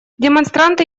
демонстранты